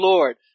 Lord